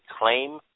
claim